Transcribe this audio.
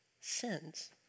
sins